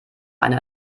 eine